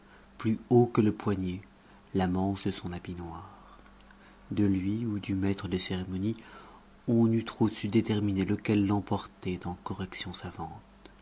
plus haut que le poignet la manche de son habit noir de lui ou du maître des cérémonies on n'eût trop su déterminer lequel l'emportait en correction savante